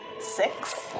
Six